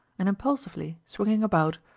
and impulsively, swinging about,